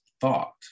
thought